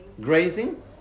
Grazing